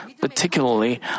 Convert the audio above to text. particularly